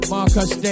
Marcus